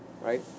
right